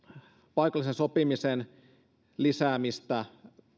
paikallisen sopimisen lisäämistä